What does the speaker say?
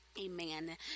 Amen